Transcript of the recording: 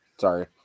Sorry